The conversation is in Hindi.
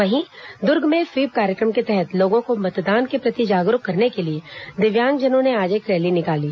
वहीं दुर्ग में स्वीप कार्यक्रम के तहत लोगों को मतदान के प्रति जागरूक करने के लिए दिव्यांगजनों ने आज एक रैली निकाली